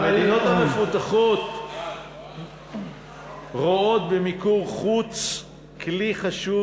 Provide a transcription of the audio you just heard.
המדינות המפותחות רואות במיקור חוץ כלי חשוב